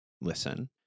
listen